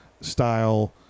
style